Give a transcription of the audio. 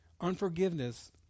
Unforgiveness